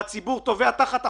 והציבור טובע תחת החובות,